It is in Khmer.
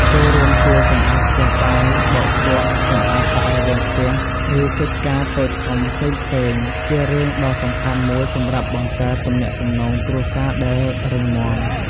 ចូលរួមជួយសម្អាតផ្ទះបាយ បោកគក់ សម្អាតបរិវេណផ្ទះ ឬកិច្ចការតូចធំផ្សេងៗ ជារឿងដ៏សំខាន់មួយសម្រាប់បង្កើតទំនាក់ទំនងគ្រួសារដែលរឹងមាំ។